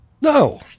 No